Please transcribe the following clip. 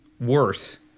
worse